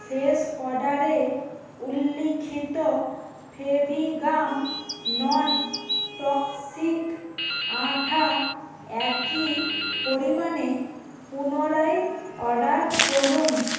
শেষ অর্ডারে উল্লিখিত ফেভিগাম নন টক্সিক আঠা একই পরিমাণে পুনরায় অর্ডার করুন